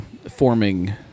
forming